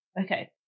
Okay